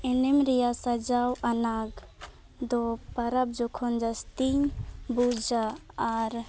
ᱤᱧᱟᱹᱝ ᱨᱮᱭᱟᱜ ᱥᱟᱡᱟᱣ ᱟᱱᱟᱜᱫᱚ ᱯᱟᱨᱟᱵᱽ ᱡᱚᱠᱷᱚᱱ ᱡᱟᱹᱥᱛᱤᱧ ᱵᱩᱡᱟ ᱟᱨ